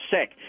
sick